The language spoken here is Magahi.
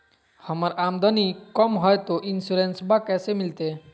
हमर आमदनी कम हय, तो इंसोरेंसबा कैसे मिलते?